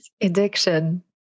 Addiction